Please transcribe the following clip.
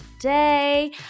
today